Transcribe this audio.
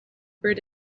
bird